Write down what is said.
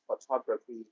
photography